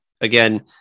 again